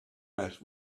met